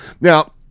Now